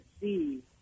see